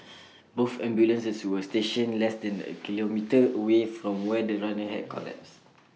both ambulances were stationed less than A kilometre away from where the runner had collapsed